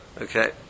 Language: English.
Okay